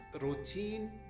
Routine